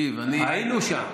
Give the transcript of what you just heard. היינו שם.